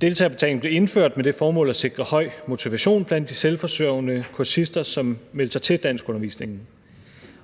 Deltagerbetalingen blev indført med det formål at sikre høj motivation blandt de selvforsørgende kursister, som meldte sig til danskundervisningen,